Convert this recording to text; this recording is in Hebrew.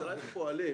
השאלה היא איפה פועלים.